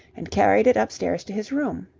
and carried it upstairs to his room.